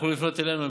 הם יכלו לפנות אלינו.